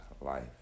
life